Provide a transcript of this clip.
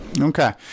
okay